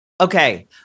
okay